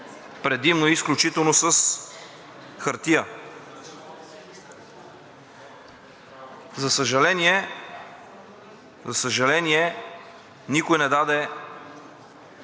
предимно и изключително с хартия. За съжаление, никой не даде